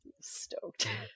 stoked